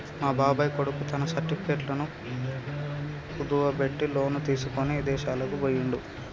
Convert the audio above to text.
మా బాబాయ్ కొడుకు తన సర్టిఫికెట్లను కుదువబెట్టి లోను తీసుకొని ఇదేశాలకు బొయ్యిండు